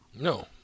No